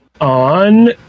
On